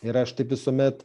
ir aš taip visuomet